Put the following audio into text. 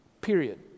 period